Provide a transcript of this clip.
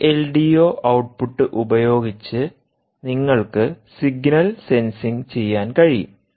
V L D O output ഉപയോഗിച്ച് നിങ്ങൾക്ക് signal sensing ചെയ്യാൻ കഴിയും